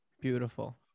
Beautiful